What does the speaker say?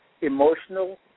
emotional